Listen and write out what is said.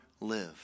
live